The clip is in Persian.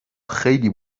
خیلی